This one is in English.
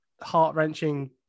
heart-wrenching